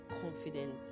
confident